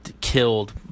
killed